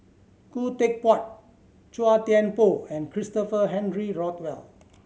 Khoo Teck Puat Chua Thian Poh and Christopher Henry Rothwell